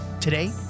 Today